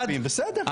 4 נמנעים,